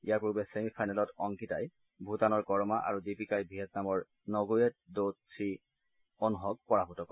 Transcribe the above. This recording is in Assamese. ইয়াৰ পূৰ্বে ছেমি ফাইনেলত অংকিতাই ভূটানৰ কৰমা আৰু দীপিকাই ভিয়েটনামৰ নগুয়েট ড' থী অন্হক পৰাভূত কৰে